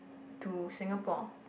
to Singapore